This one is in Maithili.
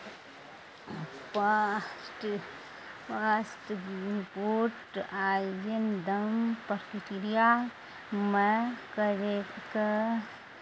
पास्ट पासपोर्ट आवेदन प्रक्रियामे करयके